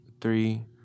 three